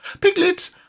Piglet